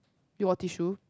you got tissue